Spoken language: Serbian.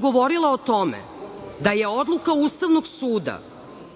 Govorila sam o tome da je odluka Ustavnog suda